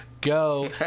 go